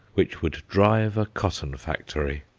which would drive a cotton factory.